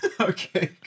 Okay